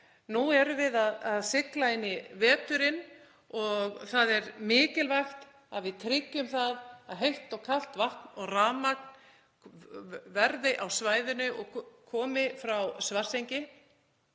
Nú erum við að sigla inn í veturinn og það er mikilvægt að við tryggjum það að heitt og kalt vatn og rafmagn verði á svæðinu og komi frá Svartsengi.